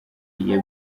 yabwiye